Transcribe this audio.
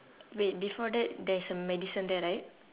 wait before that there's a medicine there right